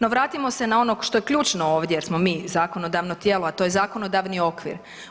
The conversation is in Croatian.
No vratimo se na ono što je ključno ovdje jer smo mi zakonodavno tijelo, a to je zakonodavni okvir.